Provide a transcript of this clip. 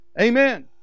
Amen